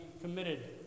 committed